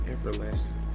Everlasting